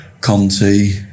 Conti